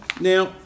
now